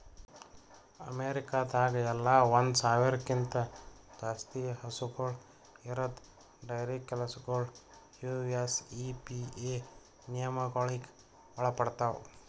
ಅಮೇರಿಕಾದಾಗ್ ಎಲ್ಲ ಒಂದ್ ಸಾವಿರ್ಕ್ಕಿಂತ ಜಾಸ್ತಿ ಹಸುಗೂಳ್ ಇರದ್ ಡೈರಿ ಕೆಲಸಗೊಳ್ ಯು.ಎಸ್.ಇ.ಪಿ.ಎ ನಿಯಮಗೊಳಿಗ್ ಒಳಪಡ್ತಾವ್